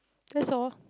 that's all